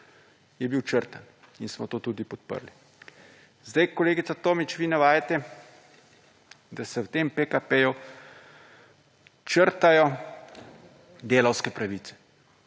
je bil črtan in smo to tudi podprli. Zdaj, kolegica Tomić, vi navajate, da se v tem PKP črtajo delavske pravice.